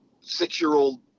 six-year-old